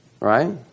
right